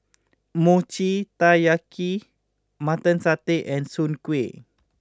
Mochi Taiyaki Mutton Satay and Soon Kway